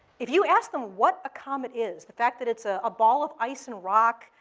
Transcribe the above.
if you ask them what a comet is, the fact that it's ah a ball of ice and rock,